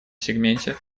сегменте